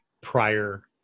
prior